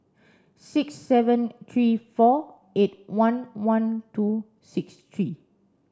six seven three four eight one one two six three